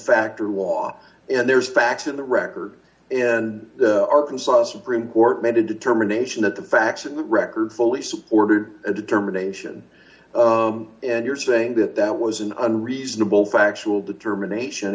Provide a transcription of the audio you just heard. fact are was and there's facts in the record and arkansas supreme court made a determination that the facts and the record full we supported a determination and you're saying that that was an unreasonable factual determination